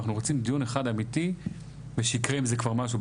אנחנו רוצים דיון אחד אמיתי ושיקרה עם זה כבר משהו.